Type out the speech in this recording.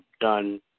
done